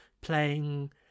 playing